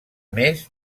més